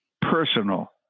personal